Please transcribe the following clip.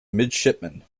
midshipman